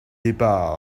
débats